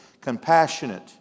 Compassionate